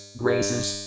graces